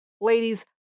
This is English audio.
Ladies